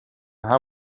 how